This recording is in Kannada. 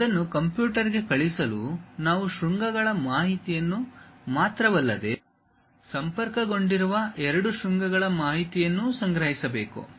ಅದನ್ನು ಕಂಪ್ಯೂಟರ್ಗೆ ಕಲಿಸಲು ನಾವು ಶೃಂಗಗಳ ಮಾಹಿತಿಯನ್ನು ಮಾತ್ರವಲ್ಲದೆ ಸಂಪರ್ಕಗೊಂಡಿರುವ ಎರಡು ಶೃಂಗಗಳ ಮಾಹಿತಿಯನ್ನು ಸಂಗ್ರಹಿಸಬೇಕು